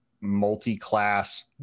multi-class